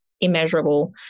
immeasurable